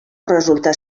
resultà